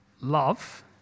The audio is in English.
love